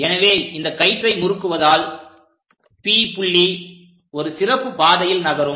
எனவே இந்த கயிற்றை முறுக்குவதால் P புள்ளி ஒரு சிறப்பு பாதையில் நகரும்